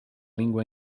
lingua